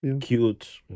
cute